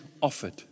offered